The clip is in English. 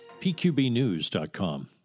pqbnews.com